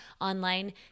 online